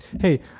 Hey